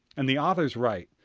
and the author is right.